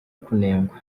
kunengwa